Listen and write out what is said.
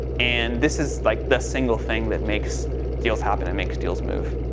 and this is, like, the single thing that makes deals happen and makes deals move.